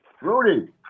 Rudy